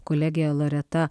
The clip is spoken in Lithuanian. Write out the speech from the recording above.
kolegė loreta